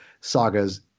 sagas